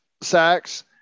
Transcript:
sacks